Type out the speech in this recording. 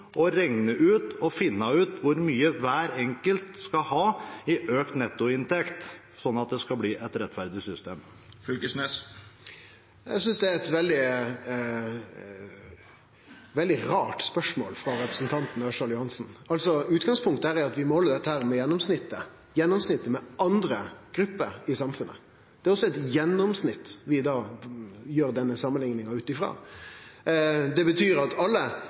å regne ut, å finne ut, hvor mye hver enkelt skal ha i økt nettoinntekt, slik at det skal bli et rettferdig system? Eg synest det er eit veldig rart spørsmål frå representanten Ørsal Johansen. Utgangspunktet her er altså at vi måler dette gjennomsnittet mot andre grupper i samfunnet, og det er også eit gjennomsnitt vi da gjer denne samanlikninga ut ifrå. Det betyr at ein ser på snittet på alle